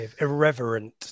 Irreverent